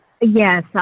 Yes